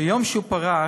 ביום שהוא פרש,